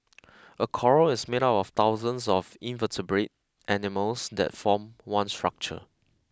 a coral is made up of thousands of invertebrate animals that form one structure